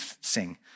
sing